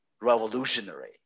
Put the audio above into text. revolutionary